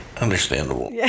Understandable